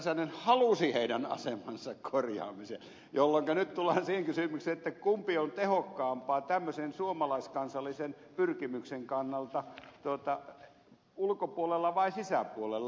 räsänen halusi heidän asemansa korjaamista jolloinka nyt tullaan siihen kysymykseen kumpi on tehokkaampaa tämmöisen suomalaiskansallisen pyrkimyksen kannalta ulkopuolella vai sisäpuolella